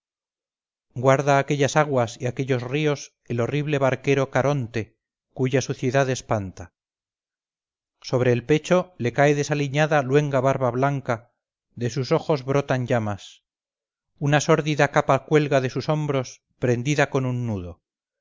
guarda aquellas aguas y aquellos ríos el horrible barquero caronte cuya suciedad espanta sobre el pecho le cae desaliñada luenga barba blanca de sus ojos brotan llamas una sórdida capa cuelga de sus hombros prendida con un nudo